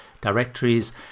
directories